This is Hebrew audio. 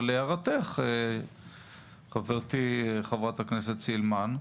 אבל להערתך, חברתי חברת הכנסת סילמן,